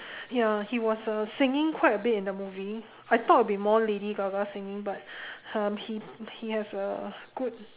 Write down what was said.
ya he was uh singing quite a bit in the movie I thought it would be more lady-gaga singing but um he he has a good